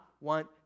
want